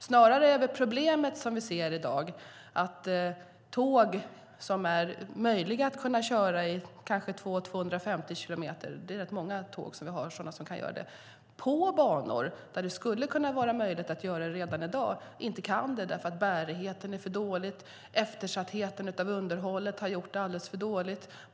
Snarare är väl det problem som vi ser i dag att tåg som är möjliga att köra i kanske 200-250 kilometer i timmen - vi har rätt många tåg vi har som kan göra det - på banor där det skulle vara möjligt att göra det redan i dag inte kan göra det därför att bärigheten är för dålig, att underhållet har eftersatts så att det är alldeles för dåligt.